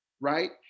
right